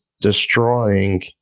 destroying